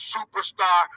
Superstar